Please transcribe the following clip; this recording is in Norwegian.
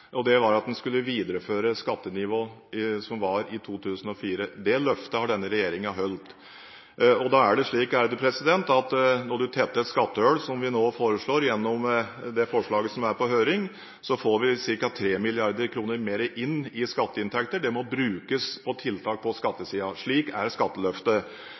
2004. Det løftet har denne regjeringen holdt. Når du tetter et skattehull, som vi gjør gjennom det forslaget som nå er på høring, får vi ca. 3 mrd. kr mer inn i skatteinntekter. Det må brukes på tiltak på skattesiden – slik er skatteløftet.